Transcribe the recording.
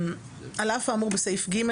על אף האמור בסעיף (ג),